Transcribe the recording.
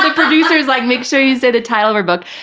ah producer's like, make sure you say the title of her book.